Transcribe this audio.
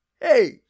Hey